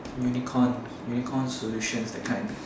unicorn unicorn solutions that kind